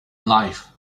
life